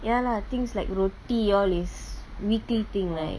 ya lah things like roti all is weekly thing right